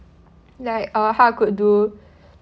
like uh how I could do